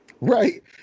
Right